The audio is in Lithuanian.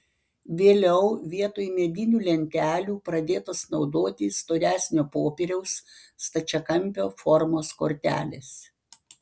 vėliau vietoj medinių lentelių pradėtos naudoti storesnio popieriaus stačiakampio formos kortelės